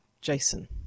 Jason